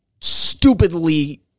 stupidly